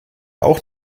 auch